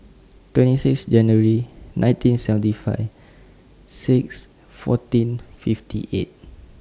twenty six January nineteen seventy five six fourteen fifty eight